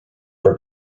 for